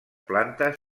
plantes